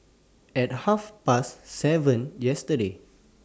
At Half Past seven yesterday